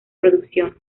producción